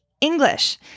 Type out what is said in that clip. English